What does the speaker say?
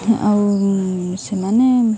ଆଉ ସେମାନେ